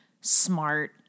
smart